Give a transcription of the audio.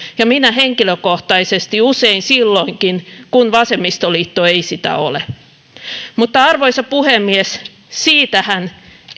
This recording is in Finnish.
ja minä henkilökohtaisesti usein silloinkin kun vasemmistoliitto ei sitä ole arvoisa puhemies siitähän